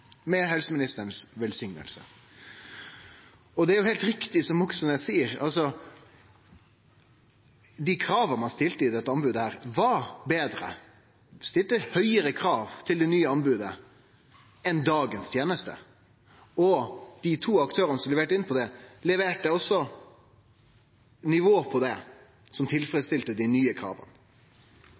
med velsigninga til helseministeren. Og det er heilt riktig som Moxnes seier, at dei krava ein stilte i dette anbodet, var betre; ein stilte høgare krav til det nye anbodet enn til tenesta i dag. Og dei to aktørane som leverte inn på det, leverte på eit nivå som tilfredsstilte dei nye krava.